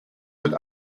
wird